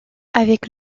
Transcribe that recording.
avec